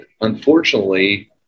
unfortunately